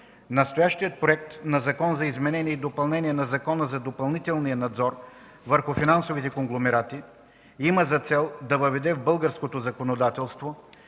Настоящият Проект на Закон за изменение и допълнение на Закона за допълнителния надзор върху финансовите конгломерати има за цел да въведе в българското законодателство